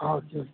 और जो